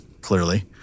clearly